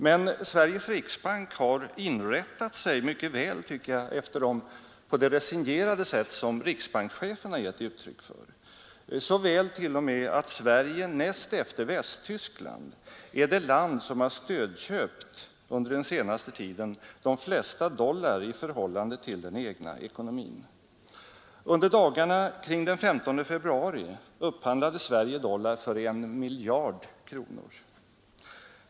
Men Sveriges riksbank har, förefaller det mig, inrättat sig mycket väl på det resignerade sätt som riksbankschefen har givit uttryck för, så väl t.o.m. att Sverige näst efter Västtyskland är det land som under den senaste tiden har stödköpt det största antalet dollar i förhållande till den egna ekonomin. Under dagarna kring den 15 februari upphandlade Sverige dollar för 1 miljard kronor.